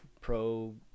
pro